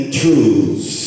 truths